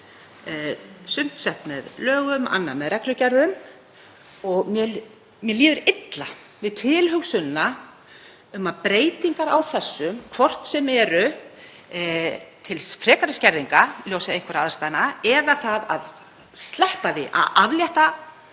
Sumt sett með lögum, annað með reglugerðum. Mér líður illa við tilhugsunina um að breytingar á þessu, hvort sem þær eru til frekari skerðinga í ljósi einhverra aðstæðna eða að sleppa því að aflétta